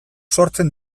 sortzen